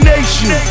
Nation